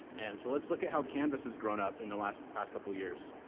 and so let's look at how canvas has grown up in the last past couple of years.